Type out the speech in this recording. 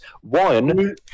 one